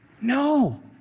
no